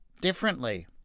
differently